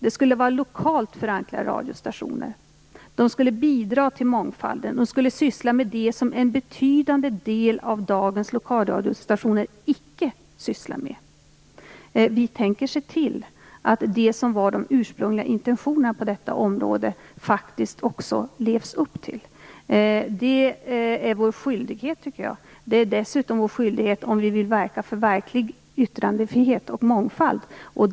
Det skulle vara lokalt förankrade radiostationer, som skulle bidra till mångfalden och som skulle syssla med sådant som en betydande del av dagens lokalradiostationer icke sysslar med. Vi tänker se till att man faktiskt lever upp till de ursprungliga intentionerna på detta område. Jag tycker att detta är vår skyldighet, särskilt om vi vill verka för reell yttrandefrihet och mångfald.